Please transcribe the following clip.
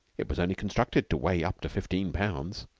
it was only constructed to weigh up to fifteen pounds.